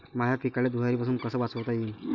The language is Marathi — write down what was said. माह्या पिकाले धुयारीपासुन कस वाचवता येईन?